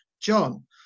John